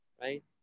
Right